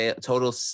total